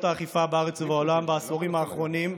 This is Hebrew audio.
האכיפה בארץ ובעולם בעשורים האחרונים,